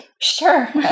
Sure